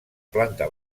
planta